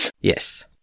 Yes